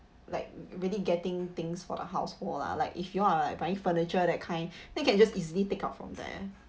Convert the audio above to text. like really getting things for a household lah like if you are like buying furniture that kind then can just easily take out from there